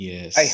Yes